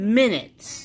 minutes